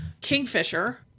Kingfisher